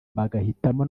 bagahitamo